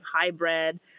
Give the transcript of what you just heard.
hybrid